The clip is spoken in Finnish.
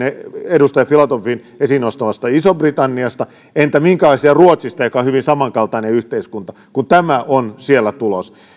edustaja filatovin esiin nostamasta isosta britanniasta entä minkälaisia ruotsista joka on hyvin samankaltainen yhteiskunta ja kun tämä on siellä tulos kun